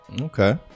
Okay